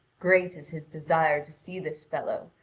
great is his desire to see this fellow,